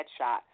headshot